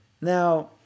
Now